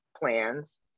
plans